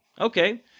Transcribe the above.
okay